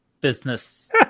business